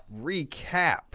Recap